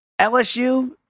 LSU